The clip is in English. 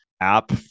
app